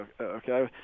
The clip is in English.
Okay